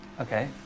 Okay